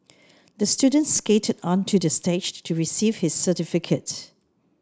the student skated onto the stage to receive his certificate